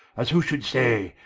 as who should say,